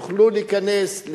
יוכלו להיכנס,